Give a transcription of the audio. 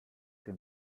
dem